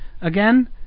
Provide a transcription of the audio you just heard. Again